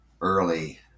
early